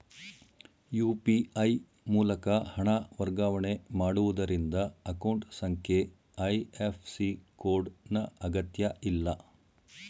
UPI ಮೂಲಕ ಹಣ ವರ್ಗಾವಣೆ ಮಾಡುವುದರಿಂದ ಅಕೌಂಟ್ ಸಂಖ್ಯೆ ಐ.ಎಫ್.ಸಿ ಕೋಡ್ ನ ಅಗತ್ಯಇಲ್ಲ